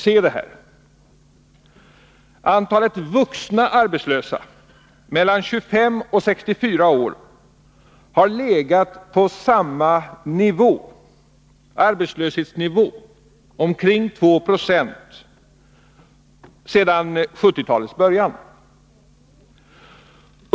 Där kan man se att antalet vuxna arbetslösa mellan 25 och 64 år har legat på samma arbetslöshetsnivå, omkring 2 90, sedan 1970-talets början.